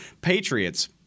Patriots—